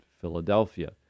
Philadelphia